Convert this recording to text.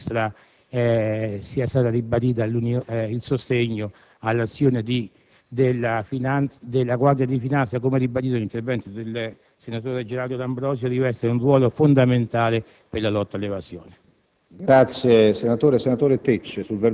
la maggioranza di centro-sinistra è stato ribadito il sostegno all'azione della Guardia di finanza che, come affermato nell'intervento del senatore Gerardo D'Ambrosio, riveste un ruolo fondamentale per la lotta all'evasione